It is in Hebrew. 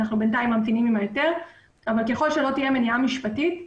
בינתיים אנחנו ממתינים את ההיתר אבל ככל שלא תהיה מניעה משפטית,